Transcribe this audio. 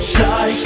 Shy